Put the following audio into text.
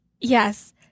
Yes